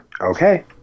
okay